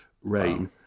Rain